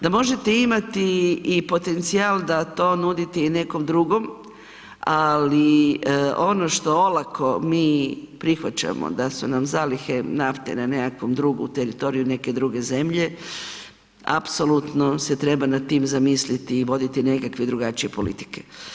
Da možete imati i potencijal da to nudite i nekom drugom, ali ono što olako mi prihvaćamo da su nam zalihe nafte na nekakvom drugom teritoriju, u teritoriju neke druge zemlje apsolutno se treba nad tim zamisliti i voditi nekakve drugačije politike.